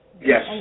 Yes